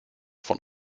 von